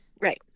Right